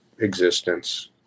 existence